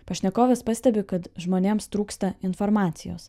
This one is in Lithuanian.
pašnekovės pastebi kad žmonėms trūksta informacijos